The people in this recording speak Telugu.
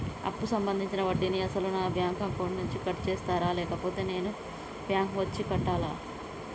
అప్పు సంబంధించిన వడ్డీని అసలు నా బ్యాంక్ అకౌంట్ నుంచి కట్ చేస్తారా లేకపోతే నేను బ్యాంకు వచ్చి కట్టాలా?